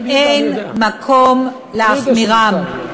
ואין מקום להחמירם.